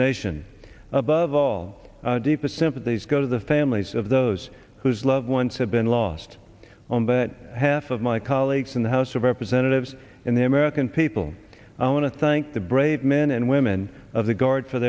nation above all deepest sympathies go to the families of those whose loved ones have been lost on but half of my colleagues in the house of representatives and the american people i want to thank the brave men and women of the guard for